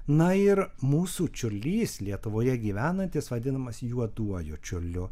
na ir mūsų čiurlys lietuvoje gyvenantis vadinamas juoduoju čiurliu